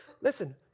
Listen